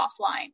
offline